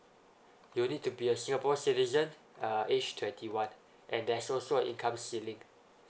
you'll need to be a singapore citizen uh aged twenty one and there's also a income ceiling